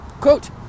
Quote